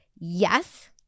yes